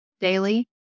daily